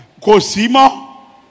Cosima